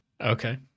Okay